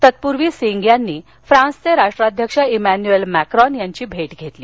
तत्पूर्वी सिंग यांनी फ्रान्सचे राष्ट्राध्यक्ष इमॅन्युअल मॅक्रॉन यांची भेट घेतली